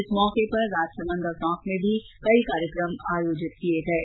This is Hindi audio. इस अवसर पर राजसमन्द और टोंक में भी कई कार्यक्रम आयोजित किये गये